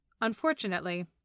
Unfortunately